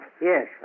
Yes